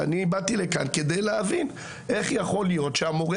ואני באתי לכאן כדי להבין איך יכול להיות שהמורה